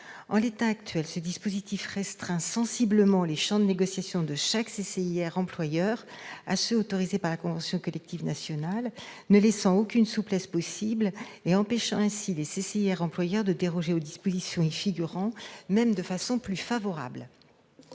En l'état actuel, ce dispositif restreint sensiblement les champs de négociation de chaque CCIR employeur à ceux qui sont autorisés par la convention collective nationale, ne laissant aucune souplesse possible et empêchant ainsi les CCIR employeurs de déroger aux dispositions y figurant, même de façon plus favorable.